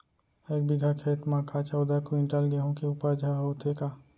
एक बीघा खेत म का चौदह क्विंटल गेहूँ के उपज ह होथे का?